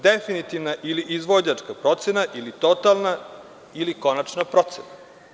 Definitivna ili izvođačka procena ili totalna ili konačna procena.